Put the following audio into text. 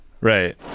Right